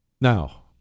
Now